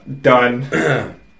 done